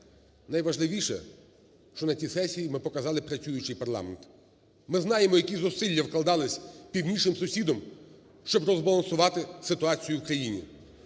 найважливіше, що на цій сесії ми показали працюючий парламент. Ми знаємо, які зусилля вкладались північним сусідом, щоб розбалансувати ситуацію в країні.